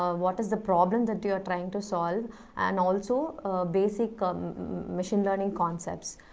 ah what is the problem that you are trying to solve and also basic um machine learning concepts.